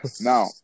now